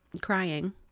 crying